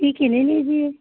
ठीक है ले लीजिए